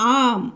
आम्